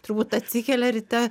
turbūt atsikelia ryte